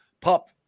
pup